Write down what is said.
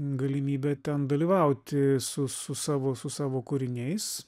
galimybę ten dalyvauti su su savo su savo kūriniais